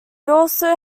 also